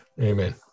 Amen